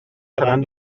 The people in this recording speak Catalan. seran